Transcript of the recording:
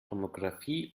tomographie